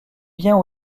bien